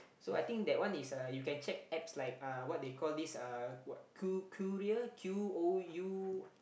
so I think that one is uh you can check apps like uh what they call this uh what cou~ courier Q O U